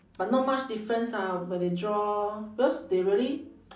but not much difference ah when they draw because they really